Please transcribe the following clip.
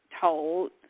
told